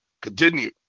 continue